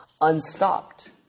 unstopped